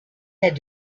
had